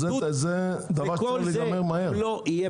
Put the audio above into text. כל זה לא יהיה